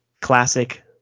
classic